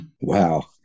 Wow